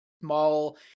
small